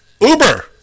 Uber